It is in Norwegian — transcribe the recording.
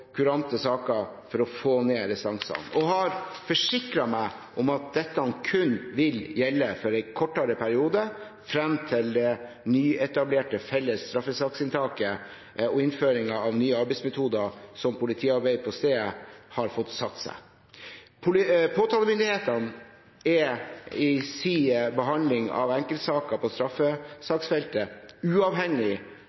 for å få ned restansene, og har forsikret meg om at dette kun vil gjelde for en kortere periode, frem til det nyetablerte felles straffesaksinntaket og innføringen av nye arbeidsmetoder, som politiarbeid på stedet, har fått satt seg. Påtalemyndighetene er i sin behandling av enkeltsaker på